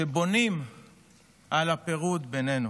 שבונים על הפירוד בינינו.